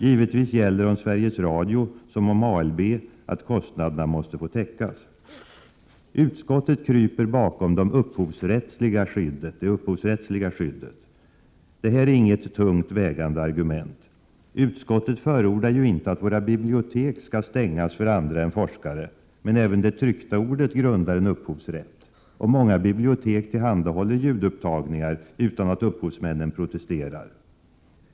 Givetvis gäller om Sveriges Radio som om ALB att kostnaderna måste få täckas. Utskottet kryper bakom det upphovsrättsliga skyddet. Detta är inget tungt vägande argument. Utskottet förordar ju inte att våra bibliotek skall stängas för andra än forskare. Men även det tryckta ordet grundar en upphovsrätt. Och många bibliotek tillhandahåller ljudupptagningar utan att upphovsmännen protesterar.